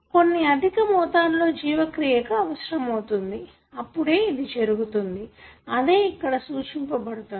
కొన్ని అధిక మోతాదులో జీవక్రియకు అవసరమౌతుంది అప్పుడే ఇది జరుగుతుంది అదే ఇక్కడ సూచింపబడుతుంది